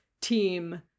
team